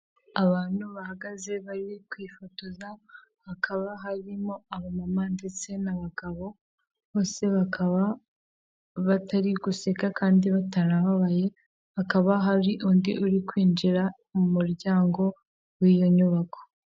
Abantu bahagaze bari kwifotoza, hakaba harimo abamama ndetse n'abagabo bose bakaba batari guseka kandi batanababaye, hakaba hari undi uri kwinjira mu muryango w'iyo nyubako.